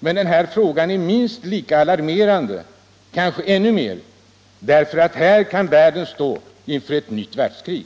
Den här situationen är minst lika alarmerande — och kanske ännu mer — eftersom den kan medföra att världen snart kan finna sig stå inför ett nytt världskrig.